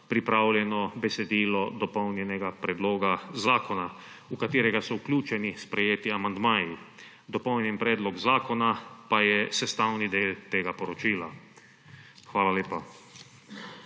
pripravljeno besedilo dopolnjenega predloga zakona, v katerega so vključeni sprejeti amandmaji. Dopolnjen predlog zakona pa je sestavni del tega poročila. Hvala lepa.